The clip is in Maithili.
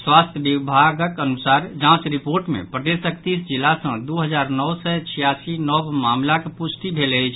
स्वास्थ्य विभागक अनुसार जांच रिपोर्ट मे प्रदेशक तीस जिला सँ दू हजार नओ सय छियासी नव मामिलाक पुष्टि भेल अछि